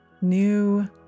new